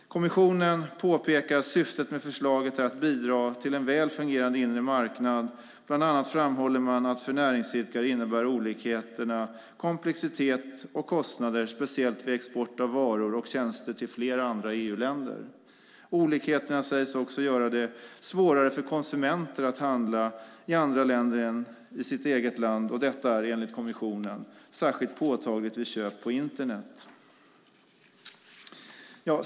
Kommissionen påpekar att syftet med förslaget är att bidra till en väl fungerande inre marknad. Bland annat framhåller man att för näringsidkare innebär olikheterna komplexitet och kostnader, speciellt vid export av varor och tjänster till flera andra EU-länder. Olikheterna sägs också göra det svårare för konsumenter att handla i andra länder än det egna. Detta är enligt kommissionen särskilt påtagligt vid köp på internet.